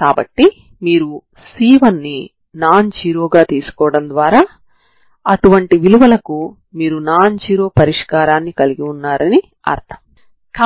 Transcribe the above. కాబట్టి మీరు 0నుండి 0 వరకు దృష్ట్యా సమాకలనం చేయాలనుకుంటున్నారు